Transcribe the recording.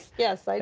yes, i